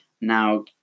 Now